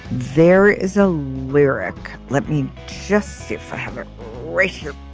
there is a lyric. let me just sit right here.